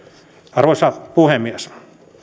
arvoisa puhemies